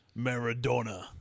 Maradona